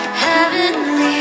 heavenly